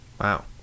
Wow